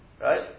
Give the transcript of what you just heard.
Right